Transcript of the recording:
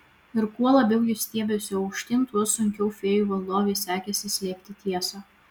ir kuo labiau ji stiebėsi aukštyn tuo sunkiau fėjų valdovei sekėsi slėpti tiesą